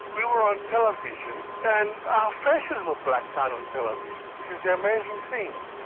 we were on television and our faces were blacked out on television, which is the amazing thing,